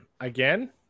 again